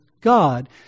God